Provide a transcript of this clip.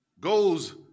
goes